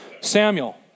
Samuel